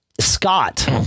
Scott